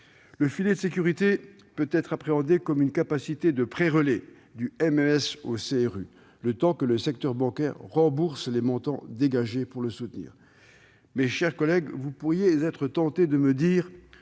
Le filet de sécurité peut être appréhendé comme une sorte de prêt relais du MES au CRU, le temps que le secteur bancaire rembourse les montants qui lui ont été versés pour le soutenir. Mes chers collègues, vous pourriez être tentés de me dire